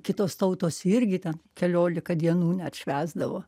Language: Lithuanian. kitos tautos irgi ten keliolika dienų net švęsdavo